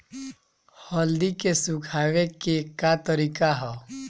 हल्दी के सुखावे के का तरीका ह?